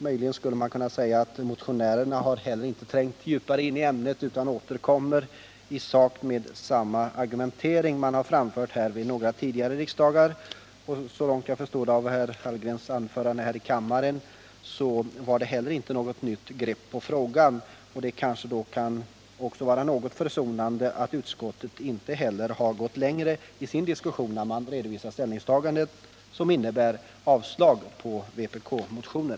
Möjligen skulle man kunna säga att motionärerna inte heller har trängt djupare in i ämnet utan återkommer i sak med samma argument som anförts vid några tidigare riksdagar. Och så långt jag förstod av herr Hallgrens anförande här i kammaren innebar det inte heller något nytt grepp på frågan. Detta kan då kanske vara något försonande när utskottet inte gått längre i sin diskussion och redovisning av sitt ställningstagande, som innebär avslag på vpk-motionen.